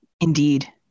Indeed